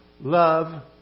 Love